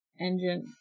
engine